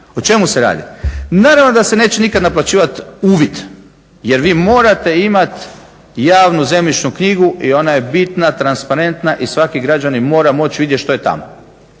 O čemu se radi? Naravno da se neće nikad naplaćivat uvid jer vi morate imati javnu zemljišnu knjigu i ona je bitna, transparentna i svaki građanin mora moći vidjeti što je tamo.